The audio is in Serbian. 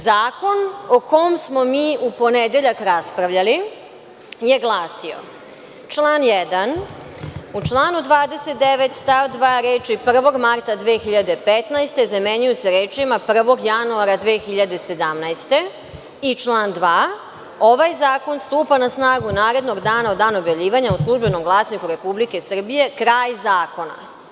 Zakon o kom smo mi u ponedeljak raspravljali je glasio, član 1. - U članu 29. stav 2. reči: „1. marta 2015. godine“, zamenjuju se rečima: „1. januara 2017. godine“ i član 2. – Ovaj zakon stupa na snagu narednog dana od dana objavljivanja u „Službenom glasniku Republike Srbije“, kraj zakona.